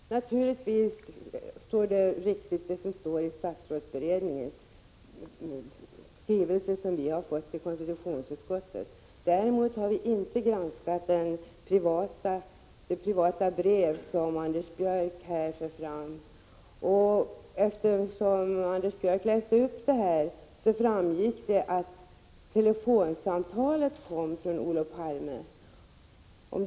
Herr talman! Naturligtvis är det riktigt det som står i statsrådsberedningens skrivelse som vi har fått till konstitutionsutskottet. Däremot har vi inte granskat det privata brev som Anders Björck talar om. Av Anders Björcks uppläsning av brevet här framgick att telefonsamtalet kom från Olof Palme.